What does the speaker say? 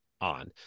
on